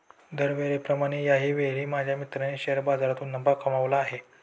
दरवेळेप्रमाणे याही वेळी माझ्या मित्राने शेअर बाजारातून नफा कमावला आहे